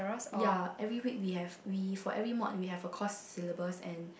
ya every week we have we for every mod we have a course syllabus and